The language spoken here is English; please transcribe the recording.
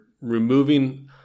removing